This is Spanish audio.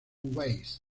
weiss